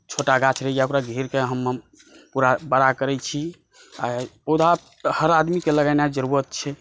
छोटा गाछ रहै या ओकरा घेरके हम पूरा बड़ा करै छी आ पौधा हर आदमीके लगेनाइ जरुरत छै